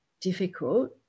difficult